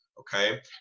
Okay